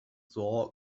saw